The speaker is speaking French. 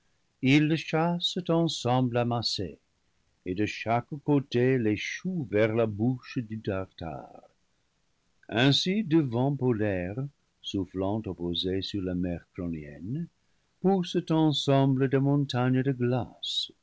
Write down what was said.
chassent ensemble amassé et de chaque côté l'échouent vers la bouche du tartare ainsi deux vents polaires soufflant opposés sur la mer cronienne poussent ensemble des montagnes de glaces